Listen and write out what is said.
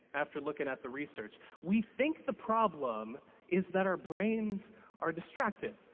after looking at the research. we think the problem is that our brains are distracted.